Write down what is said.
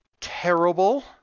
terrible